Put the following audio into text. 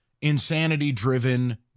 insanity-driven